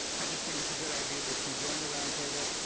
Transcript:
i just think it's a good idea that you join the roundtable.